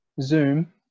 Zoom